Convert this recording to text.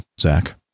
Zach